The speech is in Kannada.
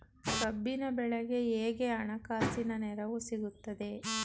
ಕಬ್ಬಿನ ಬೆಳೆಗೆ ಹೇಗೆ ಹಣಕಾಸಿನ ನೆರವು ಸಿಗುತ್ತದೆ?